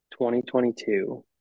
2022